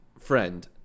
friend